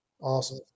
Awesome